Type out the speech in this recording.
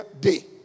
day